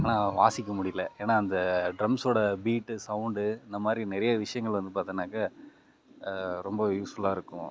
ஆனால் வாசிக்க முடியலை ஏன்னா அந்த ட்ரம்ஸோட பீட்டு சவுண்டு இந்த மாதிரி நிறைய விஷயங்கள் வந்து பார்த்தோன்னாக்கா ரொம்ப யூஸ்ஃபுல்லாக இருக்கும்